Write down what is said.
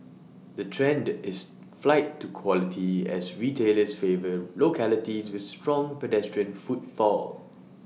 the trend is flight to quality as retailers favour localities with strong pedestrian footfall